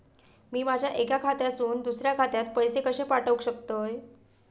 मी माझ्या एक्या खात्यासून दुसऱ्या खात्यात पैसे कशे पाठउक शकतय?